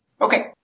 Okay